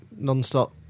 nonstop